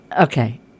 Okay